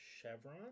chevron